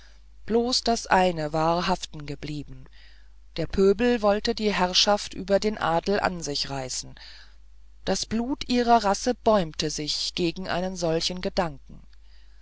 bloß das eine war haftengeblieben der pöbel wollte die herrschaft über den adel an sich reißen das blut ihrer rasse bäumte sich gegen einen solchen gedanken